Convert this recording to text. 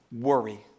worry